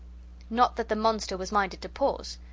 not that the monster was minded to pause!